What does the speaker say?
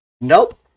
Nope